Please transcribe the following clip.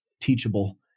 teachable